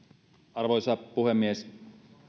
arvoisa puhemies